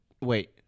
wait